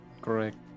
Correct